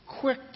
quick